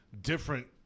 different